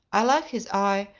i liked his eye,